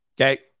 okay